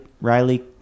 riley